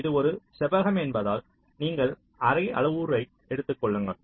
இது ஒரு செவ்வகம் என்பதால் நீங்கள் அரை அளவுருவை எடுத்துக் கொள்ளுங்கள்